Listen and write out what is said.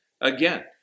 Again